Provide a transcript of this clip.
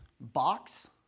box